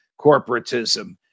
corporatism